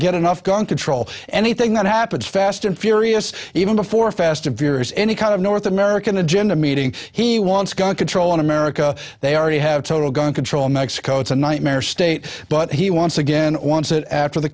get enough gun control anything that happens fast and furious even before fast and furious any kind of north american agenda meeting he wants gun control in america they already have total gun control mexico it's a nightmare state but he once again wants it after the